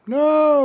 no